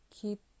Keep